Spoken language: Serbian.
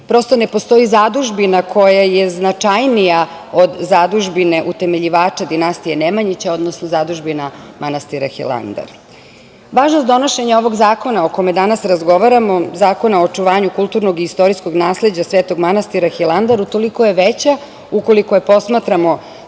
prosto ne postoji zadužbina koja je značajnija od zadužbine utemeljivača dinastije Nemanjića, odnosno zadužbina manastira Hilandar. Važnost donošenja ovog zakona o kome danas razgovaramo, Zakona o očuvanju kulturnog i istorijskog nasleđa Svetog manastira Hilandar utoliko je veća ukoliko je posmatramo